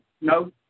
No